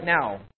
now